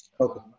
Okay